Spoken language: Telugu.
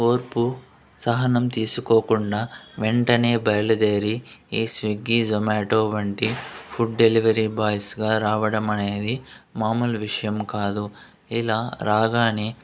ఓర్పు సహనం తీసుకోకుండా వెంటనే బయలుదేరి ఈ స్విగ్గీ జొమాటో వంటి ఫుడ్ డెలివరీ బాయ్స్గా రావడం అనేది మామూలు విషయం కాదు ఇలా రాగానే